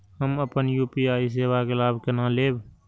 हम अपन यू.पी.आई सेवा के लाभ केना लैब?